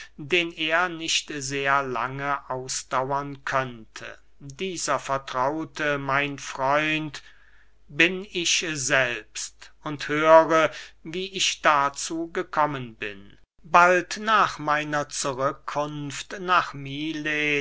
den er nicht sehr lange ausdauern könnte dieser vertraute mein freund bin ich selbst und höre wie ich dazu gekommen bin bald nach meiner zurückkunft nach milet